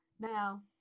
now